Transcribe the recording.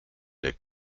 der